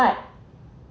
but